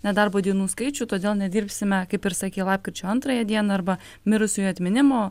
nedarbo dienų skaičių todėl nedirbsime kaip ir sakei lapkričio antrąją dieną arba mirusiųjų atminimo